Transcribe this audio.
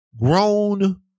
grown